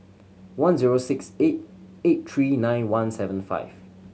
one zero six eight eight three nine one seven five